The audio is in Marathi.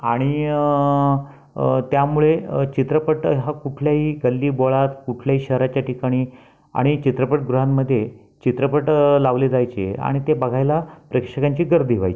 आणि त्यामुळे चित्रपट हा कुठल्याही गल्लीबोळात कुठल्याही शहराच्या ठिकाणी आणि चित्रपटगृहांमध्ये चित्रपट लावले जायचे आणि ते बघायला प्रेक्षकांची गर्दी व्हायची